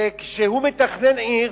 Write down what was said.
וכשהוא מתכנן עיר,